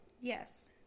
Yes